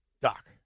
Doc